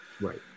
Right